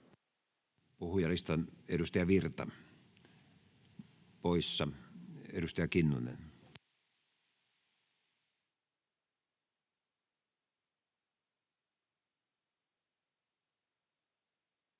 Puhujalistaan. — Edustaja Virta poissa. — Edustaja Kinnunen.